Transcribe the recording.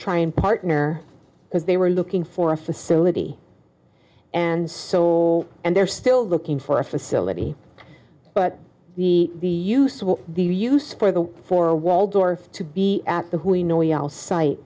try and partner because they were looking for a facility and so and they're still looking for a facility but the the use what do you use for the for waldorf to be at the